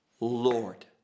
Lord